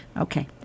Okay